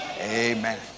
Amen